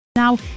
now